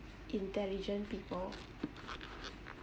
intelligent people